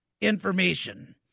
information